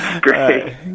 Great